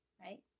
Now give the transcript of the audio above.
right